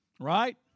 right